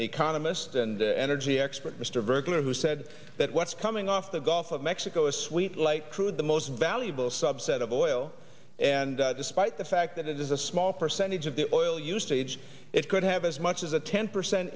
economist and energy expert mr berger who said that what's coming off the gulf of mexico a sweet light crude the most valuable subset of oil and despite the fact that it is a small percentage of the oil usage it could have as much as a ten percent